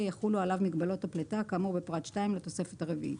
יחולו עליו מגבלות הפליטה כאמור בפרט 2 לתוספת הרביעית: